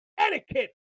etiquette